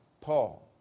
Paul